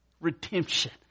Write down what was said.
Redemption